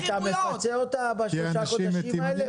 אתה מפצה אותה בשלושת החודשים האלה?